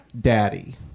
daddy